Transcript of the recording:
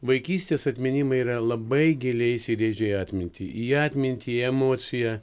vaikystės atminimai yra labai giliai įsirėžę į atmintį į atmintį į emociją